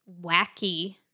wacky